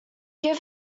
give